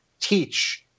teach